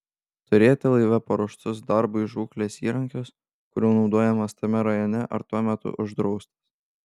turėti laive paruoštus darbui žūklės įrankius kurių naudojimas tame rajone ar tuo metu uždraustas